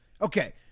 Okay